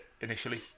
initially